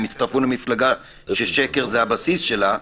הם הצטרפו למפלגה ששקר זה הבסיס שלה,